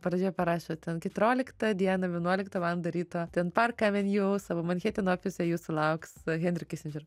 pradžioje parašė ten keturioliktą dieną vienuoliktą valandą ryto ten park aveniu savo manheteno ofise jūsų lauks henri kisindžer